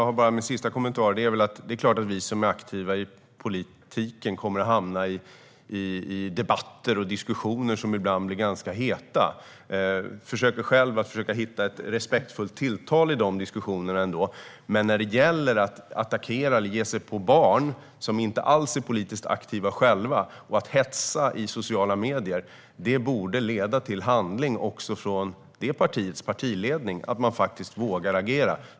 Herr talman! Min sista kommentar är att det är klart att vi som är aktiva i politiken kommer att hamna i debatter och diskussioner som ibland blir ganska heta. Jag försöker själv ändå hitta ett respektfullt tilltal i de diskussionerna. Att man attackerar eller ger sig på barn som inte alls är politiskt aktiva själva och hetsar i sociala medier borde leda till handling också från det partiets partiledning, att man faktiskt vågar agera.